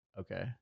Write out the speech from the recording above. Okay